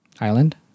island